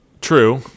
true